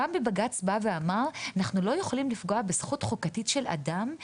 גם בג"ץ בא ואמר אנחנו לא יכולים לפגוע בזכות חוקתית של אדם,